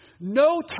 No